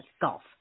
golf